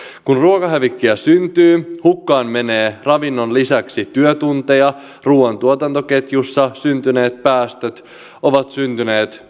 kun ruokahävikkiä syntyy hukkaan menee ravinnon lisäksi työtunteja myös ruuan tuotantoketjussa syntyneet päästöt ovat syntyneet